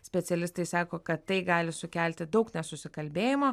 specialistai sako kad tai gali sukelti daug nesusikalbėjimo